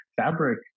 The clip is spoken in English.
fabric